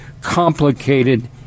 complicated